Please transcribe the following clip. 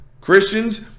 Christians